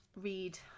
read